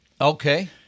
okay